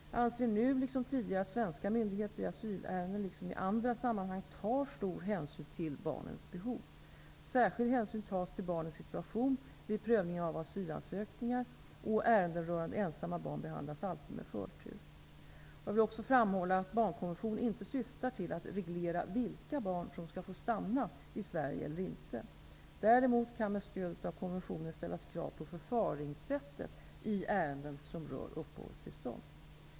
Jag anser nu liksom tidigare att svenska myndigheter, i asylärenden liksom i andra samanhang, tar stor hänsyn till barnens behov. Särskild hänsyn tas till barnens situation vid prövningen av asylansökningar, och ärenden rörande ensamma barn behandlas alltid med förtur. Jag vill också framhålla att barnkonventionen inte syftar till att reglera vilka barn som skall få stanna i Sverige eller inte. Däremot kan med stöd av konventionen ställas krav på förfaringssättet i ärenden som rör uppehållstillstånd.